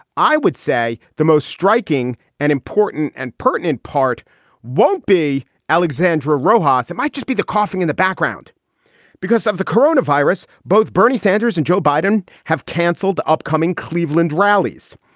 i would say the most striking and important and pertinent part won't be alexandra rojas. it might just be the coughing in the background because of the corona virus. both bernie sanders and joe biden have cancelled the upcoming cleveland rallies,